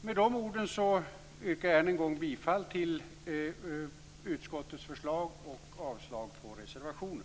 Med de orden yrkar jag än en gång bifall till utskottets hemställan och avslag på reservationen.